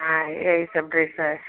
हाँ यही सब ड्रेस है